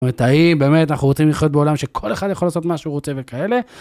זאת אומרת, האם באמת אנחנו רוצים לחיות בעולם שכל אחד יכול לעשות מה שהוא רוצה וכאלה?